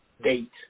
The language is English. Date